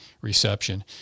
reception